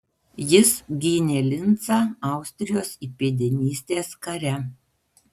jis gynė lincą austrijos įpėdinystės kare